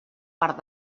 part